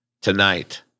tonight